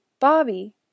Bobby